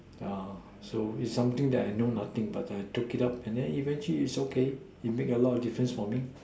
ah so is something I know nothing but I took it up and then eventually okay it made a lot of difference for me